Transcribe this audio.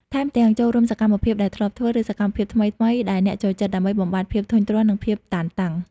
ថែមទាំង ចូលរួមសកម្មភាពដែលធ្លាប់ធ្វើ ឬសកម្មភាពថ្មីៗដែលអ្នកចូលចិត្ត ដើម្បីបំបាត់ភាពធុញទ្រាន់ និងភាពតានតឹង។